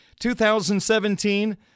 2017